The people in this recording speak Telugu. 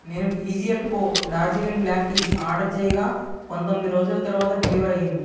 నేను TGL Co Darjeeling black tea order చేయగా పంతొమ్మిది రోజుల తరువాత డెలివర్ అయ్యింది